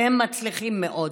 והם מצליחים מאוד.